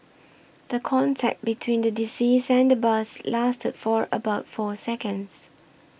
the contact between the deceased and the bus lasted for about four seconds